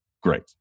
Great